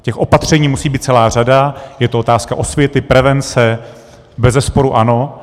Těch opatření musí být celá řada, je to otázka osvěty, prevence, bezesporu ano.